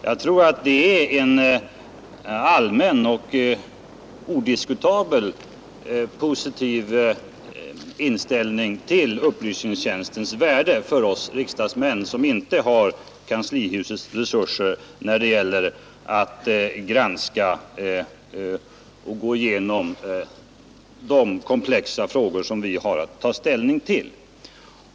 Jag tror att det finns en allmän och odiskutabelt positiv inställning till upplysningstjänstens värde framför allt för oss riksdagsmän som inte har kanslihusets resurser när det gäller att granska och gå igenom de ofta mycket komplexa frågor som vi har att ta ställning till.